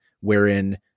wherein